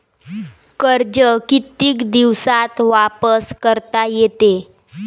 कर्ज कितीक दिवसात वापस करता येते?